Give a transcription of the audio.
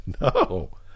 no